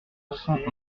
cent